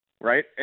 right